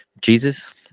Jesus